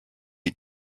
eat